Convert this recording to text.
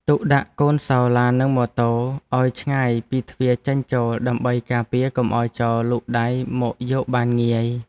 ទុកដាក់កូនសោរឡាននិងម៉ូតូឱ្យឆ្ងាយពីទ្វារចេញចូលដើម្បីការពារកុំឱ្យចោរលូកដៃមកយកបានងាយ។